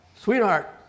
Sweetheart